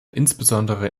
insbesondere